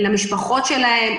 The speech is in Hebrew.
למשפחות שלהם,